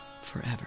forever